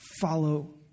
Follow